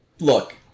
Look